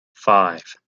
five